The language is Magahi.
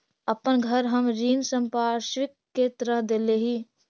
अपन घर हम ऋण संपार्श्विक के तरह देले ही